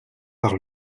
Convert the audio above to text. par